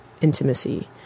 intimacy